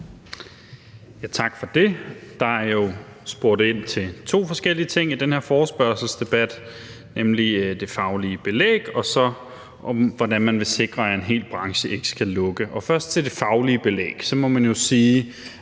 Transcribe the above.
her forespørgselsdebat spurgt ind til to forskellige ting, nemlig om det faglige belæg og om, hvordan man vil sikre, at en hel branche ikke skal lukke. Først til det faglige belæg: